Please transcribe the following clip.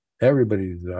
everybody's